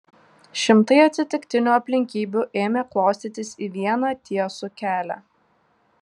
šimtai atsitiktinių aplinkybių ėmė klostytis į vieną tiesų kelią